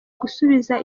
gusubiza